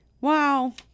wow